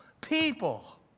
people